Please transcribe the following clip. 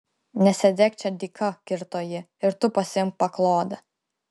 nesėdėk čia dyka kirto ji ir tu pasiimk paklodę